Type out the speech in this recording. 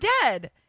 dead